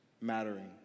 mattering